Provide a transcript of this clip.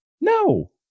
No